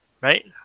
right